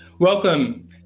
Welcome